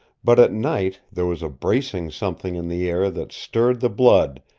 but at night there was a bracing something in the air that stirred the blood,